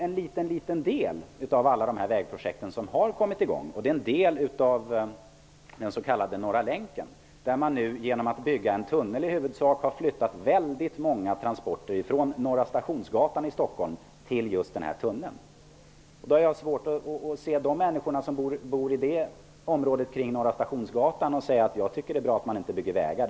En liten del av alla dessa vägprojekt har ju kommit i gång. Det är en del av den s.k. Norra länken. Man har byggt en tunnel till vilken många transporter från Norra stationsgatan i Stockholm har flyttats. Jag har svårt att till de människor som bor i området kring Norra stationsgatan säga att jag tycker att det är bra att man inte bygger vägar.